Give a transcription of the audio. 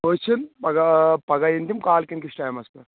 پٔژھۍ یِن پگہہ پگہہ یِن تِم کالہٕ وٕنکیٚن کِس ٹایمس پٮ۪ٹھ